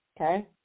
Okay